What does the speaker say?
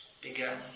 began